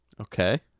Okay